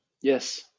yes